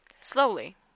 Slowly